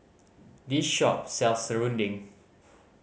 this shop sells serunding